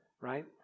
right